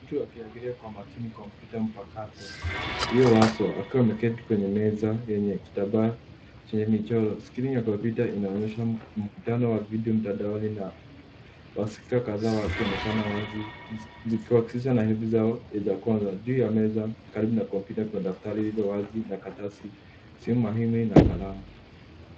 Mtu akiangalia kwa makini kompyuta mpakato iliyowashwa akiwa ameketi kwenye meza yenye kitambaa chenye michoro. Skrini ya kompyuta inaonyesha mkutano wa video mtandaoni na wasikilizaji kadhaa wakionekana wazi zikiwahusisha na herufi zao za kwanza. Juu ya meza karibu na kompyuta kuna daftari lililo wazi na karatasi, simu mahiri na kalamu.